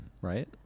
right